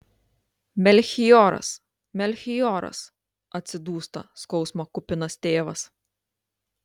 melchioras melchioras atsidūsta skausmo kupinas tėvas